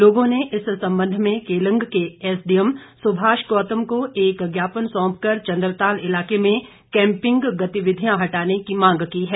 लोगों ने इस संबंध में केलंग के एसडीएम सुभाष गौतम को एक ज्ञापन सौंप कर चंद्रताल इलाके में कैम्पिंग गतिविधियां हटाने की मांग की है